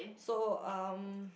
so um